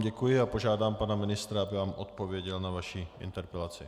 Děkuji a požádám pana ministra, aby vám odpověděl na vaši interpelaci.